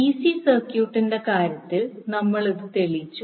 DC സർക്യൂട്ടിന്റെ കാര്യത്തിൽ നമ്മൾ ഇത് തെളിയിച്ചു